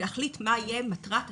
להחליט מה תהיה מטרת התמיכה.